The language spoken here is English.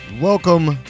Welcome